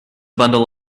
bundle